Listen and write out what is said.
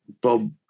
Bob